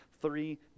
three